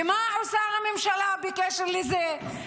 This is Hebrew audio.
ומה עושה הממשלה בקשר לזה?